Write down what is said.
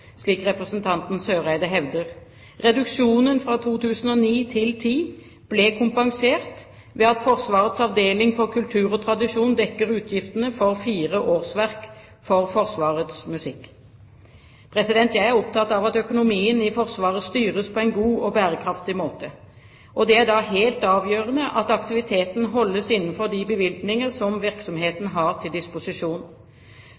slik representanten Eriksen Søreide hevder. Reduksjonen fra 2009 til 2010 blir kompensert ved at Forsvarets avdeling for kultur og tradisjon dekker utgiftene for fire årsverk for Forsvarets musikk. Jeg er opptatt av at økonomien i Forsvaret styres på en god og bærekraftig måte. Det er da helt avgjørende at aktiviteten holdes innenfor de bevilgninger som